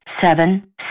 seven